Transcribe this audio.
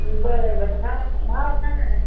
बरं बरं हा भाव सांगा ना